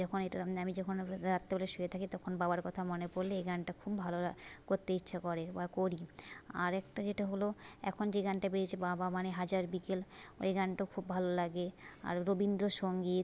যখন এটা আমি যখন রাত্রিবেলা শুয়ে থাকি তখন বাবার কথা মনে পড়লে এই গানটা খুব ভালো করতে ইচ্ছে করে বা করি আরেকটা যেটা হলো এখন যে গানটা বেরিয়েছে বাবা মানে হাজার বিকেল ওই গানটাও খুব ভালো লাগে আর রবীন্দ্রসঙ্গীত